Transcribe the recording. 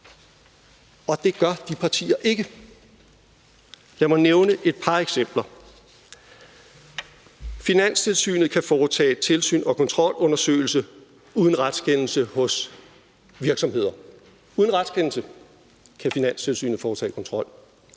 men det gør de partier ikke. Lad mig nævne et par eksempler: Finanstilsynet kan foretage tilsyn og kontrolundersøgelse uden retskendelse hos virksomheder – uden retskendelse kan Finanstilsynet foretage kontrol.